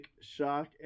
shock